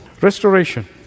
Restoration